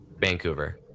Vancouver